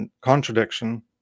contradiction